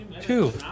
Two